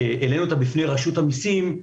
העלינו אותה בפני רשות המסים,